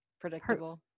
Predictable